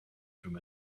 from